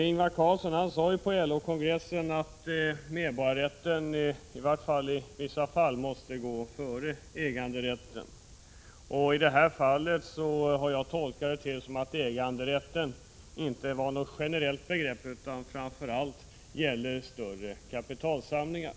Ingvar Carlsson sade på LO-kongressen att medborgarrätten, i vart fall ibland, måste gå före äganderätten. Jag har tolkat honom så att äganderätten inte var något generellt begrepp utan framför allt gällde större kapitalsamlingar.